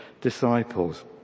disciples